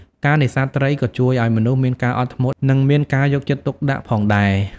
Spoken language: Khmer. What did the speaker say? ការនេសាទត្រីក៏ជួយឱ្យមនុស្សមានការអត់ធ្មត់និងមានការយកចិត្តទុកដាក់ផងដែរ។